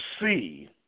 see